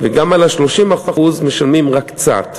וגם על ה-30% משלמות רק קצת.